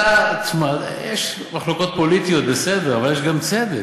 יש מחלוקות פוליטיות, בסדר, אבל יש גם צדק.